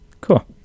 Cool